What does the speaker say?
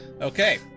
Okay